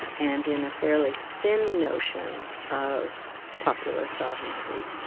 and in a fairly thin notion of popular sovereignty.